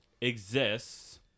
exists